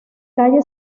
calle